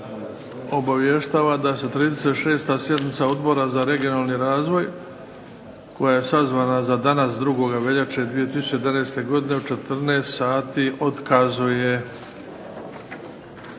obavještava da se 36. sjednica Odbora za regionalni razvoj koja je sazvana za danas 2. veljače 2011. godine, u 14 sati otkazuje.